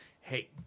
Hey